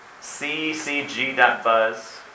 ccg.buzz